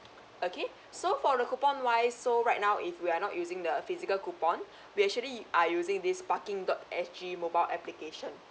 okay so for the coupon wise so right now if we are not using the physical coupon we actually are using this parking dot S G mobile application